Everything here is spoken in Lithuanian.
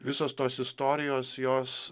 visos tos istorijos jos